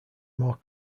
more